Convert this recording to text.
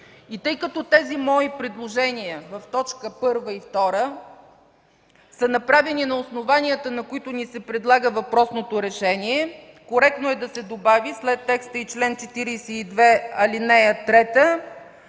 Тъй като тези мои предложения в т. 1 и 2 са направени на основанията, на които ни се предлага въпросното решение, коректно е да се добави след текста „и чл. 42, ал. ”-